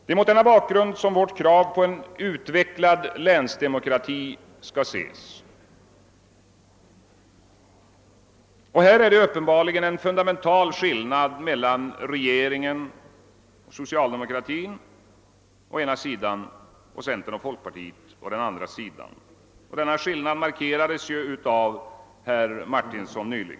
Det är mot denna bakgrund vårt krav på en utvecklad länsdemokrati skall ses. Härvidlag föreligger uppenbarligen en fundamental skillnad mellan regeringen, d.v.s. socialdemokratin, å ena sidan och centern och folkpartiet å andra sidan. Denna skillnad markerades också nyss av herr Martinsson.